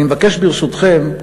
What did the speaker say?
אני מבקש, ברשותכם,